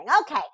okay